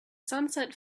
sunset